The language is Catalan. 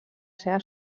seva